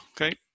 Okay